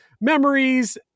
memories